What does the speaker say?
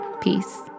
Peace